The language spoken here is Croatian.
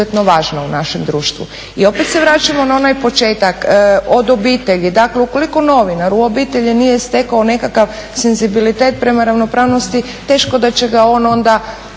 I opet se vraćamo na onaj početak, od obitelji. Dakle, ukoliko novinar u obitelji nije stekao nekakav senzibilitet prema ravnopravnosti teško da će ga on onda